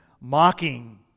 mocking